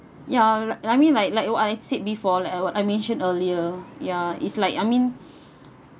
ya I I mean like like I said before like what I mentioned earlier ya it's like I mean